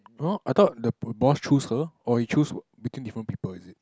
I thought the boss choose her or he choose between different people is it